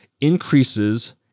increases